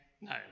no